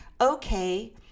okay